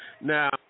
Now